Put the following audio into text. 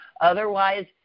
Otherwise